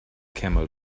camel